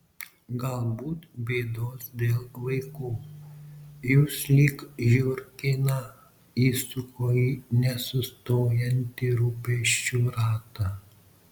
galbūt bėdos dėl vaikų jus lyg žiurkėną įsuko į nesustojantį rūpesčių ratą